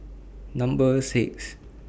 Number six